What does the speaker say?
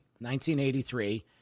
1983